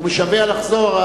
הוא משווע לחזור.